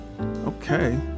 Okay